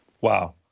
Wow